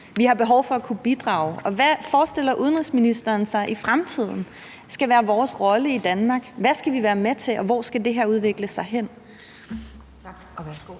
Vi har behov for at kunne bidrage. Og hvad forestiller udenrigsministeren sig i fremtiden skal være vores rolle i Danmark? Hvad skal vi være med til, og hvor skal det her udvikle sig hen? Kl. 10:36 Anden